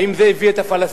האם זה הביא את הפלסטינים?